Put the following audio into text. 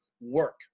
work